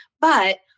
But-